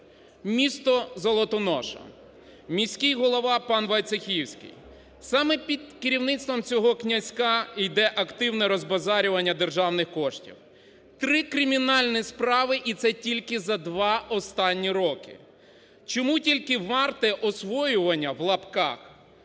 Місто Золотоноша, міський голова пан Войцехівський, саме під керівництвом цього князька іде активне розбазарювання державних коштів, три кримінальні справи і це тільки за два останні роки. Чому тільки варте "освоювання" (в лапках)